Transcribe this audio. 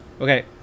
okay